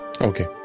Okay